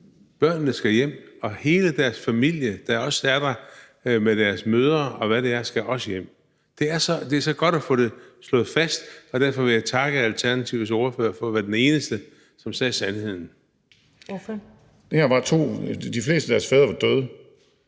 Børnene skal hjem, og hele deres familie, der også er der, altså deres mødre, og hvad det ellers er, skal også hjem. Det er så godt at få det slået fast, og derfor vil jeg takke Alternativets ordfører for at være den eneste, som sagde sandheden. Kl. 23:57 Første næstformand